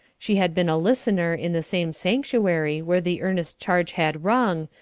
she had been a listener in the same sanctuary where the earnest charge had rung,